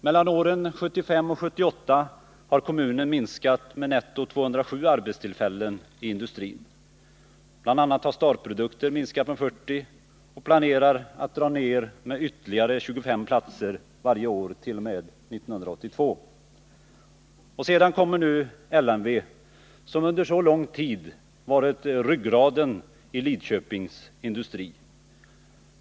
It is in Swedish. Mellan åren 1975 och 1978 har antalet arbetstillfällen i industrin minskat med netto 207 i kommunen. BI. a. har STAR-produkter minskat med 40 och planerar att dra ner med ytterligare 25 platser varje år t.o.m. 1982. Därtill kommer nu LMV som under så lång tid varit ryggraden i Lidköpings industri.